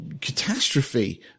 Catastrophe